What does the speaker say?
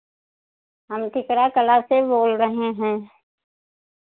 हम ठिकरा कला से बोल रहे हैं